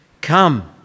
come